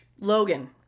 Logan